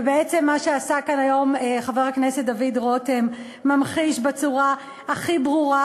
ובעצם מה שעשה כאן היום חבר הכנסת דוד רותם ממחיש בצורה הכי ברורה